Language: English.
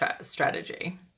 strategy